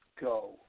go